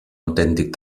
autèntic